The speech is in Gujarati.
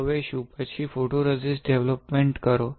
હવે શું પછી ફોટોરેઝિસ્ટ ડેવલપમેન્ટ કરો